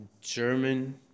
German